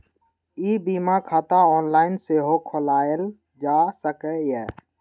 ई बीमा खाता ऑनलाइन सेहो खोलाएल जा सकैए